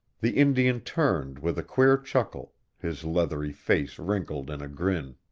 the indian turned with a queer chuckles his lathery face wrinkled in a grin.